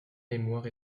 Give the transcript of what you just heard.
mémoire